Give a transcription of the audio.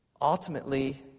Ultimately